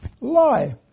Lie